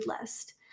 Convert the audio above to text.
list